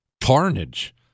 carnage